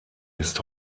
ist